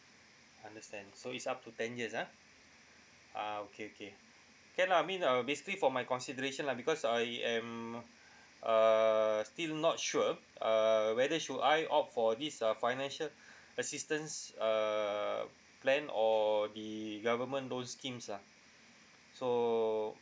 understand so it's up to ten years ah ah okay okay can lah I mean uh basically for my consideration lah because I am err still not sure err whether should I opt for this uh financial assistance err plan or the government loan schemes ah so